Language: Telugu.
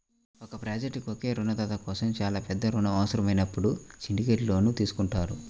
ఒక ప్రాజెక్ట్కు ఒకే రుణదాత కోసం చాలా పెద్ద రుణం అవసరమైనప్పుడు సిండికేట్ లోన్ తీసుకుంటారు